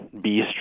beast